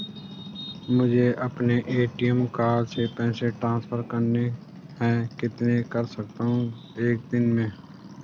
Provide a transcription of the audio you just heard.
मुझे अपने ATM card से पैसे ट्रांसफर करने हैं कितने कर सकता हूँ एक दिन में?